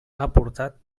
aportat